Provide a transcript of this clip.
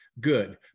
good